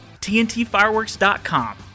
TNTfireworks.com